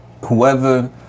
Whoever